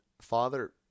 Father